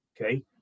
Okay